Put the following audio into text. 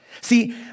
See